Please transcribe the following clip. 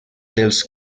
dels